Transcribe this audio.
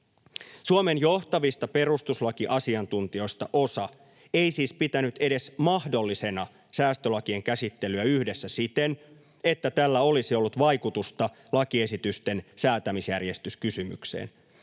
Suomen johtavista perustuslakiasiantuntijoista osa ei siis pitänyt edes mahdollisena säästölakien käsittelyä yhdessä siten, että tällä olisi ollut vaikutusta lakiesitysten säätämisjärjestyskysymykseen.